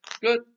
good